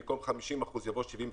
במקום "30" יבוא "45"